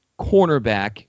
cornerback